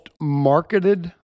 marketed